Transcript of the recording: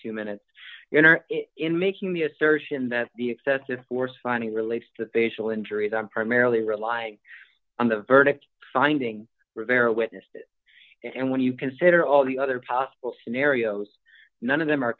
two minutes in making the assertion that the excessive force finding relates to facial injuries i'm primarily relying on the verdict finding rivera witness and when you consider all the other possible scenarios none of them are